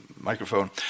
microphone